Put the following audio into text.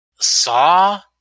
Saw